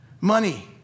Money